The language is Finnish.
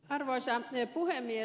arvoisa puhemies